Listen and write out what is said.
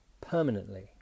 permanently